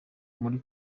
muri